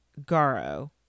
Garo